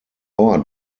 ort